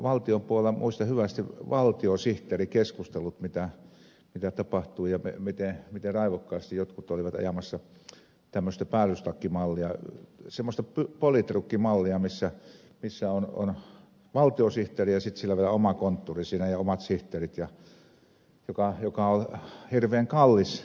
valtion puolella muistan hyvästi valtiosihteerikeskustelut mitä käytiin ja sen miten raivokkaasti jotkut olivat ajamassa tämmöistä päällystakkimallia semmoista politrukkimallia missä on valtiosihteeri ja sitten sillä vielä oma konttuuri siinä ja omat sihteerit mikä oli hirveän kallis malli